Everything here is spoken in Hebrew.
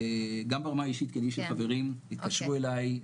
גם ברמה האישית כי יש לי חברים שהתקשרו אלי,